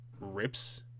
rips